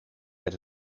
met